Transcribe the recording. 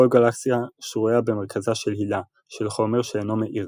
כל גלקסיה שרויה במרכזה של 'הילה' של חומר שאינו מאיר,